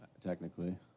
technically